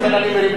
זה לא העניין.